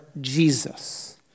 Jesus